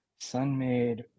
Sunmade